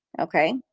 Okay